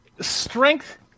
strength